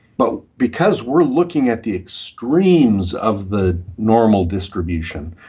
but because we are looking at the extremes of the normal distribution,